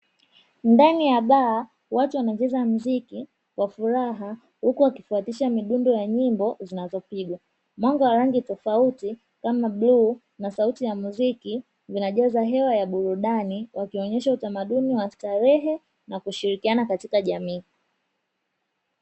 Ndani ya baa watu wanacheza mziki kwa furaha, huku wakifuatisha midundo ya nyimbo zinazopigwa, mwanga wa rangi tofauti kama bluu na sauti ya muziki vinajaza hewa ya burudani. Wakionyesha utamaduni wa starehe na kushirikiana katika jamii.